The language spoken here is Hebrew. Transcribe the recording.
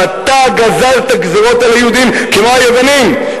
ואתה גזרת גזירות על היהודים כמו היוונים,